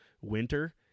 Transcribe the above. winter